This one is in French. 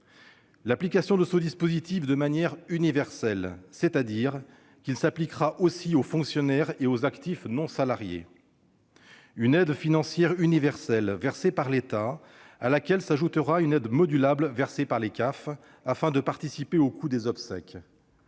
l'application de ce dispositif de manière universelle, aussi bien aux fonctionnaires qu'aux actifs non salariés ; une aide financière universelle versée par l'État, à laquelle s'ajoutera une aide modulable versée par les CAF afin de participer aux coûts des obsèques